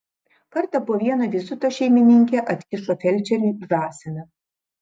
kartą po vieno vizito šeimininkė atkišo felčeriui žąsiną